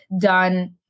done